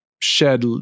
shed